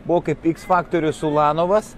buvo kaip iks faktorius ulanovas